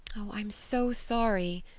oh, i'm so sorry,